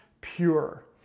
pure